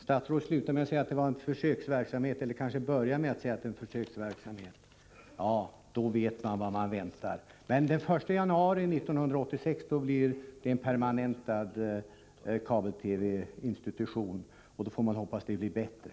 Statsrådet säger att det är en försöksverksamhet. Ja, men den 1 januari 1986 blir det en permanent kabel-TV-institution, och då hoppas jag att det blir bättre.